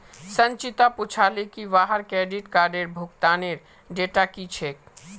संचिता पूछले की वहार क्रेडिट कार्डेर भुगतानेर डेट की छेक